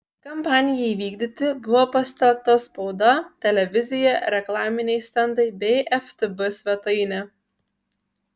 kampanijai vykdyti buvo pasitelkta spauda televizija reklaminiai stendai bei ftb svetainė